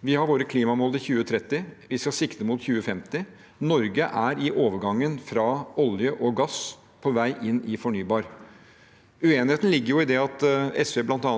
Vi har våre klimamål for 2030. Vi skal sikte mot 2050. Norge er i overgangen fra olje og gass på vei inn i fornybar. Uenigheten ligger i det at SV bl.a.